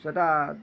ସେଟା